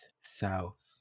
south